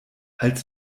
als